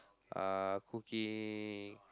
uh cooking